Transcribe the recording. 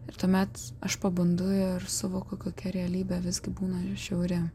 ir tuomet aš pabundu ir suvokiu kokia realybė visgi būna žiauri